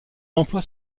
emploie